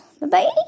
Bye-bye